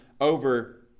over